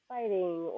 fighting